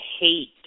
hate